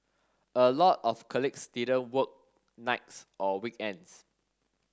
a lot of colleagues didn't work nights or weekends